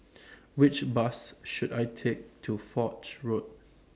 Which Bus should I Take to Foch Road